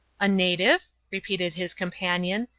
a native? repeated his companion,